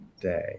day